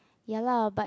ya lah but